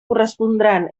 correspondran